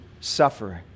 suffering